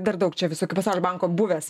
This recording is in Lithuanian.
dar daug čia visokių pasaulio banko buvęs